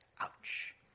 Ouch